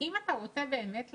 אם אתה רוצה באמת לעשות,